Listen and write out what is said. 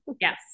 Yes